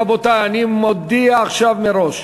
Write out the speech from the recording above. רבותי, אני מודיע עכשיו מראש: